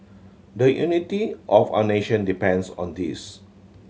the unity of our nation depends on this